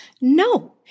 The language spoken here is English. No